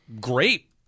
great